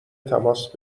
تماس